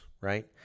right